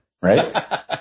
Right